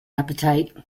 appetite